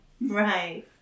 Right